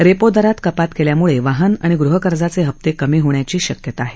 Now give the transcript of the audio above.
repo दरात कपात केल्यामुळे वाहन आणि गहकर्जाचे हप्ते कमी होण्याची शक्यता आहे